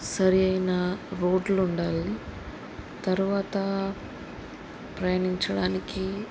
సరైన రోడ్లు ఉండాలి తర్వాత ప్రయాణించడానికి